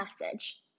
message